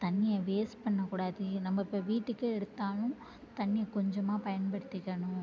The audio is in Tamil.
தண்ணியை வேஸ்ட் பண்ணக்கூடாது இது நம்ம இப்போ வீட்டுக்கே எடுத்தாலும் தண்ணியை கொஞ்சமாக பயன்படுத்திக்கணும்